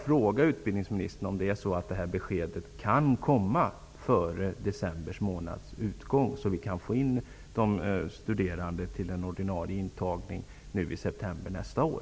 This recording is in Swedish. Kan beskedet komma före december månads utgång, så att det går att få in studerande till den ordinare intagningen i september nästa år?